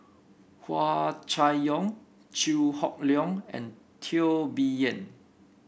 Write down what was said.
Hua Chai Yong Chew Hock Leong and Teo Bee Yen